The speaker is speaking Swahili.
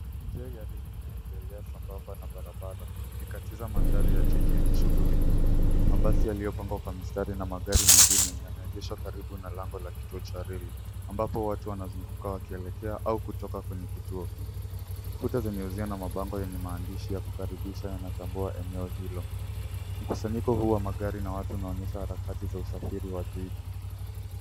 Njia ya reli inaendelea sambamba na barabara ikikatiza mandhari ya jiji yenye shughuli nyingi. Mabasi yaliyopangwa kwa mistari na magari mengine yameegeshwa karibu na lango la kituo cha reli ambapo watu wanazunguka wakielekea au kutoka kwenye kituo. Kuta zina uzio na mabango yenye maandishi ya kukaribisha yanatambua eneo hilo. Mkusanyiko huu wa magari na watu unaonyesha harakati za usafiri wa jiji.